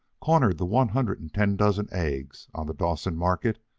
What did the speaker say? cornered the one hundred and ten dozen eggs on the dawson market,